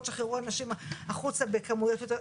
תשחררו אנשים החוצה בכמויות יותר גדולות?